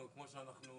כמו שאנחנו